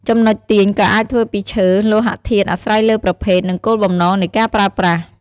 ចំណុចទាញក៏អាចធ្វើពីឈើ លោហធាតុ អាស្រ័យលើប្រភេទ និងគោលបំណងនៃការប្រើប្រាស់។